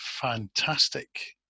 fantastic